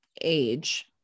age